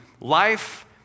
life